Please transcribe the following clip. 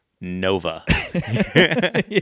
Nova